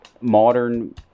modern